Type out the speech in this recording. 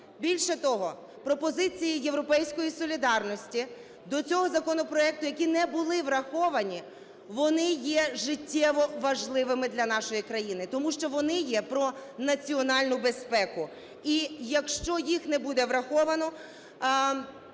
Більше того, пропозиції "Європейської солідарності" до цього законопроекту, які не були враховані, вони є життєво важливими для нашої країни, тому що вони є про національну безпеку. І якщо їх не буде враховано